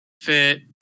fit